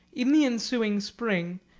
in the ensuing spring,